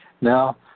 now